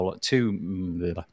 two